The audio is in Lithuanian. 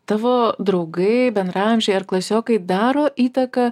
tavo draugai bendraamžiai ar klasiokai daro įtaką